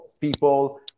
people